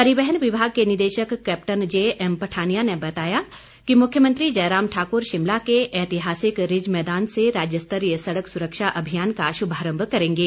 परिवहन विभाग के निदेशक कैप्टन जेएम पठानिया ने बताया कि मुख्यमंत्री जयराम ठाकुर शिमला के एतिहासिक रिज मैदान से राज्य स्तरीय सड़क सुरक्षा अभियान का शुभारंभ करेंगे